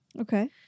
Okay